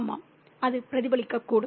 ஆமாம் அது பிரதிபலிக்கக்கூடும்